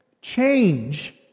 change